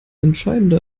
entscheidende